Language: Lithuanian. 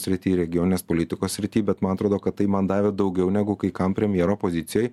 srity regioninės politikos srity bet man atrodo kad tai man davė daugiau negu kai kam premjero pozicijai